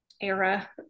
era